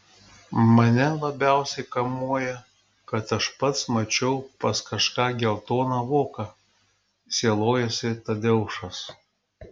mane labiausiai kamuoja kad aš pats mačiau pas kažką geltoną voką sielojosi tadeušas